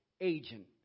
agent